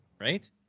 Right